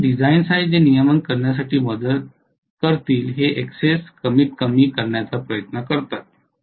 तर असे डिझाईन्स आहेत जे नियमन करण्यास मदत करण्यासाठी हे Xs कमीतकमी करण्याचा प्रयत्न करतात